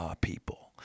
people